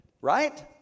right